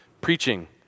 Preaching